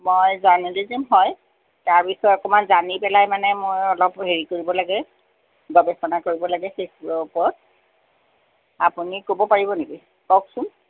মই জাৰ্ণেলিজিম হয় তাৰপিছত অকণমান জানি পেলাই মানে মই অলপ হেৰি কৰিব লাগে গৱেষণা কৰিব লাগে সেই ওপৰত আপুনি ক'ব পাৰিব নেকি কওকচোন